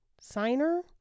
signer